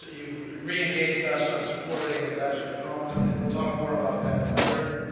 you've reengaged us on supporting and sort of frohman, and we'll talk more about that later.